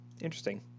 interesting